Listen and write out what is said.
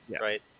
right